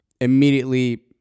immediately